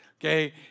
Okay